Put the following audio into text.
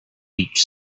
beach